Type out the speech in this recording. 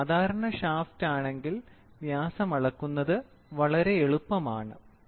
ഒരു സാധാരണ ഷാഫ്റ്റ് ആണെങ്കിൽ വ്യാസം അളക്കുന്നത് വളരെ എളുപ്പമാണ്